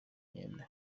imyenda